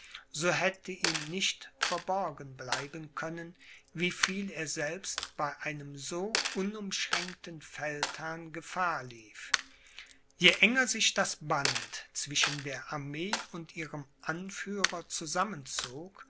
so hätte ihm nicht verborgen bleiben können wie viel er selbst bei einem so unumschränkten feldherrn gefahr lief je enger sich das band zwischen der armee und ihrem anführer